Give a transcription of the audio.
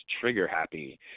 trigger-happy